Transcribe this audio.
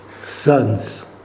sons